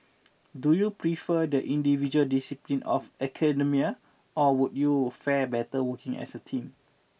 do you prefer the individual discipline of academia or would you fare better working as a team